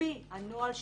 על-פי הנוהל שייכתב,